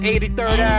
83rd